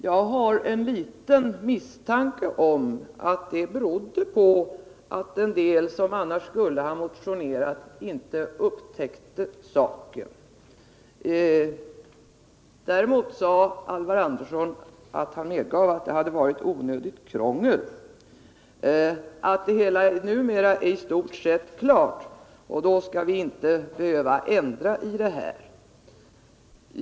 Jag har dock en liten misstanke om att det berodde på att en del ledamöter som annars skulle ha motionerat inte upptäckte saken. Däremot medgav Alvar Andersson att det hade varit onödigt krångel, men han sade att det numera i stort sett är klart med alla tillstånd och att vi därför inte behöver ändra någonting.